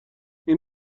این